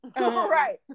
Right